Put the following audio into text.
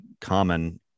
common